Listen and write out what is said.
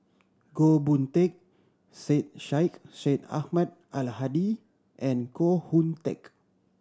Goh Boon Teck Syed Sheikh Syed Ahmad Al Hadi and Koh Hoon Teck